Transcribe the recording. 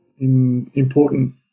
important